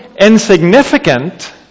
insignificant